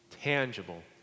tangible